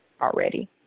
already